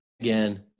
again